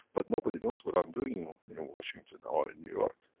but, nobody knows what i'm doing in washington or in new york.